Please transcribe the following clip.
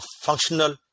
functional